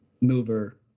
mover